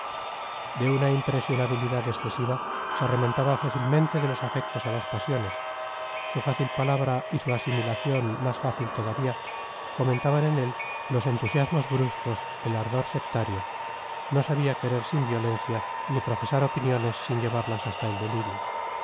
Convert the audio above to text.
de una impresionabilidad excesiva se remontaba fácilmente de los afectos a las pasiones su fácil palabra y su asimilación más fácil todavía fomentaban en él los entusiasmos bruscos el ardor sectario no sabía querer sin violencia ni profesar opiniones sin llevarlas hasta el delirio